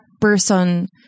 person